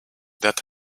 that